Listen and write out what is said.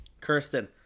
kirsten